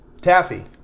Taffy